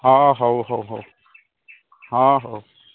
ହଁ ହଉ ହଉ ହଉ ହଁ ହଉ